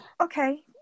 okay